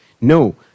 no